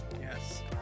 yes